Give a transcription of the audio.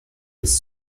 bis